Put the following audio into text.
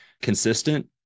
consistent